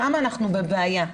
שם אנחנו בבעיה.